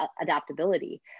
adaptability